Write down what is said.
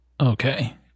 Okay